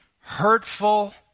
hurtful